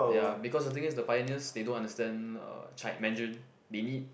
ya because the thing is the pioneers they don't understand uh Mandarin they need